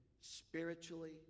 spiritually